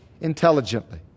intelligently